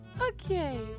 Okay